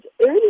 early